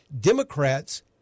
Democrats